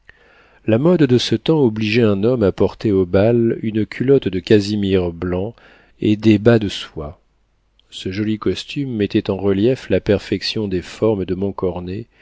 la mode de ce temps obligeait un homme à porter au bal une culotte de casimir blanc et des bas de soie ce joli costume mettait en relief la perfection des formes de montcornet alors